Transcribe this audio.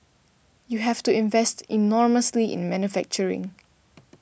you have to invest enormously in manufacturing